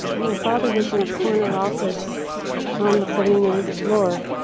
my father was in a corner office on the seventy ninth floor.